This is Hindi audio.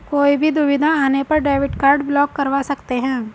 कोई भी दुविधा आने पर डेबिट कार्ड ब्लॉक करवा सकते है